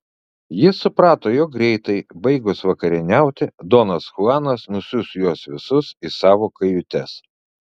jis suprato jog greitai baigus vakarieniauti donas chuanas nusiųs juos visus į savo kajutes